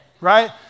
right